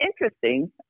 interesting